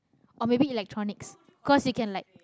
or maybe electronics 'cause he can like